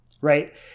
Right